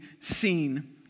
seen